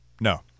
No